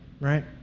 right